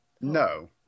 no